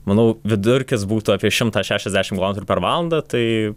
manau vidurkis būtų apie šimtą šešiasdešimt kilometrų per valandą tai